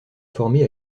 formé